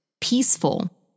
peaceful